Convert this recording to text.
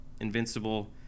invincible